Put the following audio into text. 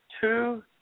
two